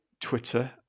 Twitter